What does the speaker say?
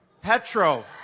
Petro